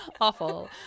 Awful